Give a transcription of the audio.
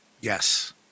Yes